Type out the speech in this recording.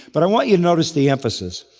but i want you to notice the emphasis.